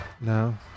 No